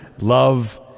love